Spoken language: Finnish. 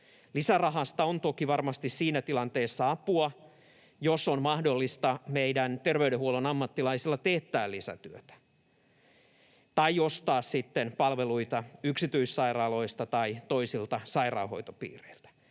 Lisärahasta on toki varmasti siinä tilanteessa apua, jos on mahdollista meidän terveydenhuollon ammattilaisilla teettää lisätyötä tai ostaa sitten palveluita yksityissairaaloista tai toisilta sairaanhoitopiireiltä.